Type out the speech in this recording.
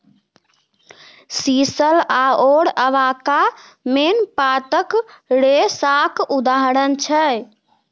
sisal आओर abaca मेन पातक रेशाक उदाहरण छै